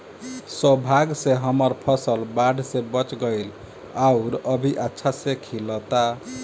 सौभाग्य से हमर फसल बाढ़ में बच गइल आउर अभी अच्छा से खिलता